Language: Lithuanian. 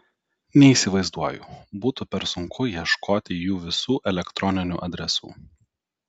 neįsivaizduoju būtų per sunku ieškoti jų visų elektroninių adresų